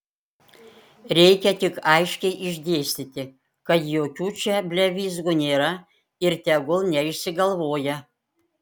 reikia tik aiškiai išdėstyti kad jokių čia blevyzgų nėra ir tegul neišsigalvoja